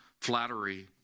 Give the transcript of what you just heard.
flattery